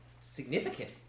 significant